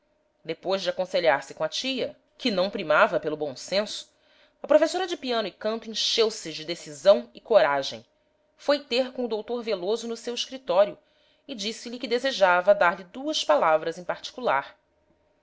depois de aconselhar-se com a tia que não primava pelo bom senso a professora de piano e canto encheu-se de decisão e coragem foi ter com o doutor veloso no seu escritório e disse-lhe que desejava dar-lhe duas palavras em particular